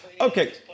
okay